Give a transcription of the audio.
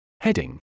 Heading